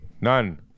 None